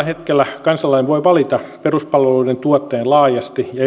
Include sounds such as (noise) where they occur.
(unintelligible) hetkellä kansalainen voi maassamme valita peruspalveluiden tuottajan laajasti ja (unintelligible)